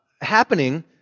happening